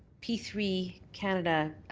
p three canada